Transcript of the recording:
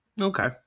Okay